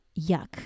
yuck